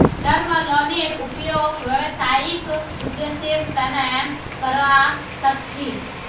term लोनेर उपयोग व्यावसायिक उद्देश्येर तना करावा सख छी